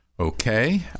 Okay